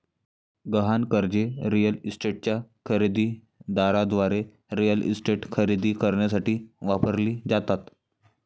गहाण कर्जे रिअल इस्टेटच्या खरेदी दाराद्वारे रिअल इस्टेट खरेदी करण्यासाठी वापरली जातात